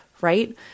right